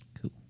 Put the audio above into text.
Cool